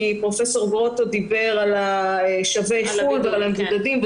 פרופ' גרוטו דיבר על שבי חו"ל ועל המבודדים,